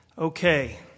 Okay